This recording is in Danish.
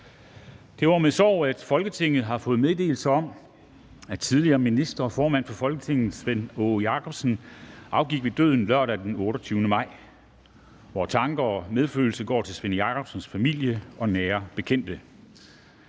Det er med sorg, at Folketinget har fået meddelelse om, at tidligere minister og formand for Folketinget, Svend Aage Jakobsen (S), afgik ved døden lørdag den 28. maj 2022. Vores tanker og medfølelse går til Svend Jakobsens familie og nære bekendte.